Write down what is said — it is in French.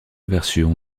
version